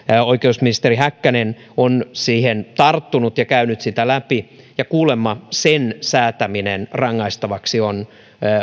oikeusministeri häkkänen on siihen tarttunut ja käynyt sitä läpi ja kuulemma sen säätäminen rangaistavaksi on